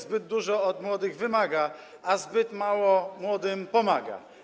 Zbyt dużo od młodych wymaga, a zbyt mało młodym pomaga.